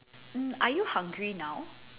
mm are you hungry now